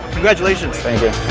congratulations. thank